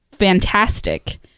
fantastic